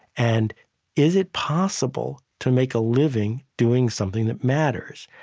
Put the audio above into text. and is it possible to make a living doing something that matters?